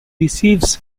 receives